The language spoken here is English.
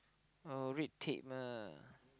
oh red tape ah